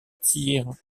tir